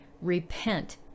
repent